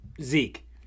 Zeke